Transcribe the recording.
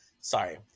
sorry